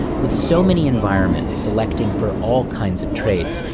with so many environments selecting for all kinds of traits,